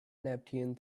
neptune